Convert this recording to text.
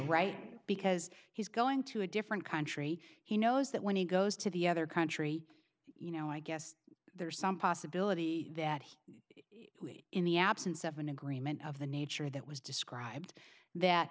right because he's going to a different country he knows that when he goes to the other country you know i guess there's some possibility that he is in the absence of an agreement of the nature that was described that